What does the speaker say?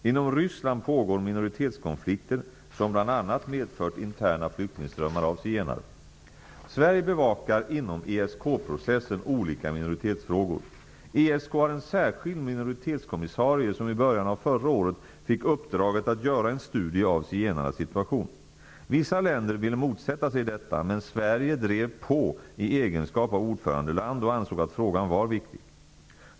Inom Ryssland pågår minoritetskonflikter som bl.a. medfört interna flyktingströmmar av zigenare. Sverige bevakar inom ESK-processen olika minoritetsfrågor. ESK har en särskild minoritetskommissarie som i början av förra året fick uppdraget att göra en studie av zigenarnas situation. Vissa länder ville motsätta sig detta, men Sverige drev på i egenskap av ordförandeland och ansåg att frågan var viktig.